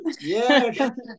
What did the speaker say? Yes